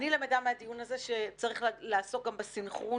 אני למדה מהדיון הזה שצריך לעסוק גם בסנכרון